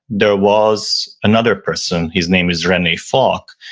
there was another person, his name is renee faulk,